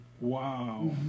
Wow